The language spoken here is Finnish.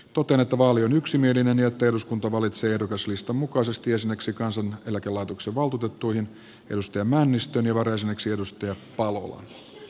totean että vaali on yksimielinen ja että eduskunta valitsee ehdokaslistan mukaisesti jäseneksi kansaneläkelaitoksen valtuutettuihin lasse männistön ja varajäseneksi mikael palolan